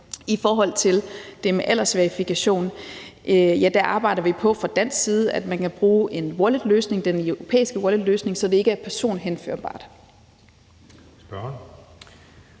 I forhold til det med aldersverifikation arbejder vi fra dansk side på, at man kan bruge en wallet-løsning, så det ikke er personhenførbart. Kl.